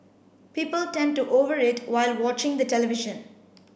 people tend to over eat while watching the television